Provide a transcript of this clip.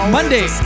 Monday